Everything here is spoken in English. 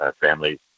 family